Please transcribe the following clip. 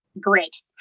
Great